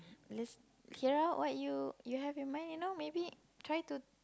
list clear out what you you have in mind you know maybe try to